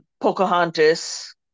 Pocahontas